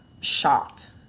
shocked